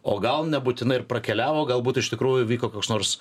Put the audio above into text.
o gal nebūtinai ir prakeliavo galbūt iš tikrųjų vyko koks nors